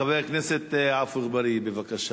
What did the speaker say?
חבר הכנסת עפו אגבאריה, בבקשה.